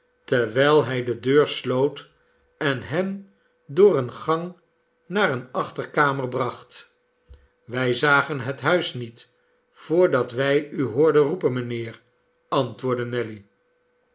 terwijl hij de deur sloot en hen door een gang naar eene achterkamer bracht wij zagen het huis niet voordat wij uhoorden roepen mijnheer antwoordde nelly